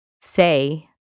say